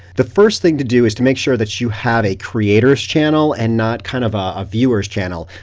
the first thing to do is to make sure that you have a creators channel and not kind of a viewers channel.